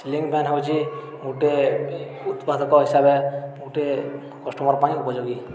ceiling fan ହେଉଛି ଗୋଟେ ଉତ୍ପାଦକ ହିସାବ ଗୋଟେ କଷ୍ଟମର୍ ପାଇଁ ଉପଯୋଗୀ